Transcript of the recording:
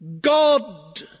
God